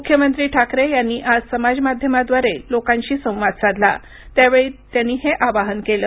मुख्यमंत्री ठाकरे यांनी आज समाजमाध्यमाद्वारे लोकांशी संवाद साधला त्यावेळी त्यांनी हे आवाहन केल